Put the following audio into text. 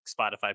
Spotify